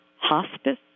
hospice